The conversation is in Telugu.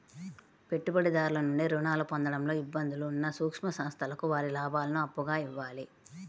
పెట్టుబడిదారుల నుండి రుణాలు పొందడంలో ఇబ్బందులు ఉన్న సూక్ష్మ సంస్థలకు వారి లాభాలను అప్పుగా ఇవ్వాలి